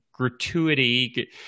gratuity